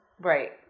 right